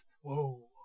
Whoa